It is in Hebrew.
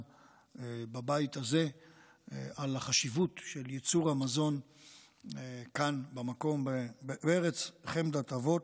בבית הזה על החשיבות של ייצור המזון כאן בארץ חמדת אבות.